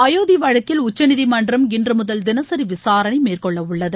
அயோத்தி வழக்கில் உச்சநீதிமன்றம் இன்று முதல் தினசரி விசாரணை மேற்கொள்ள உள்ளது